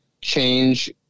change